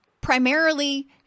primarily